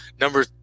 number